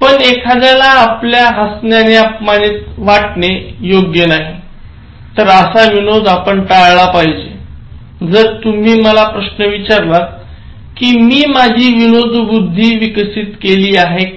पण एखाद्याला आपल्या हसण्याने अपमानित वाटणे योग्य नाहीतर असा विनोद आपण टाळला पाहिजे जर तुम्ही मला प्रश्न विचारलात कि मी माझी विनोदबुद्धी विकसित केली आहे का